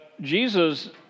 Jesus